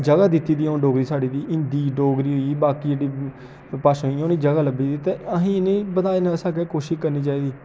जगह् दित्ती दी ऐ हुन डोगरी साढ़ी गी हिंदी डोगरी होई बाकी दियां भाशां होई गेइयां उ'नें ई जगह् लब्भी दी ते असें इ'नें ई बधाने शा अग्गें कोशश करनी चाहिदी